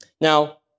Now